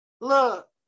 Look